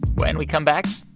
when we come back,